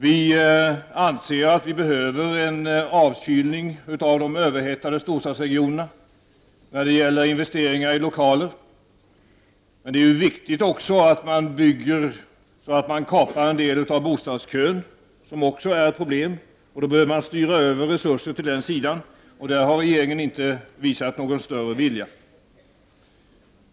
Vi anser att vi behöver en avkylning i de överhettade storstadsregionerna när det gäller investeringar i lokaler. Det är emellertid också viktigt att man bygger så att man kapar en del av bostadskön, som är ett problem. Man behöver styra över resurser till den sidan. Regeringen har inte visat någon större vilja till det.